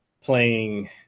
playing